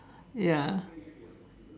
ya